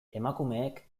emakumeek